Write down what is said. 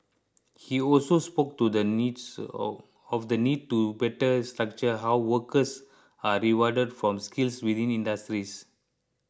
he also spoke to the needs of the need to better structure how workers are rewarded from skills within industries